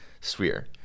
sphere